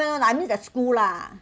I mean the school lah